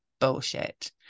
bullshit